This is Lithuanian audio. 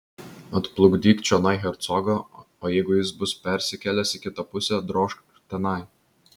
atplukdyk čionai hercogą o jeigu jis bus persikėlęs į kitą pusę drožk tenai